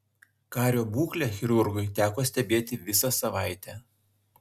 kario būklę chirurgui teko stebėti visą savaitę